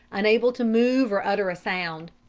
unable to move or utter a sound.